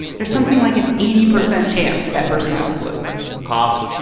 there's something like an eighty percent chance that person has the flu cough,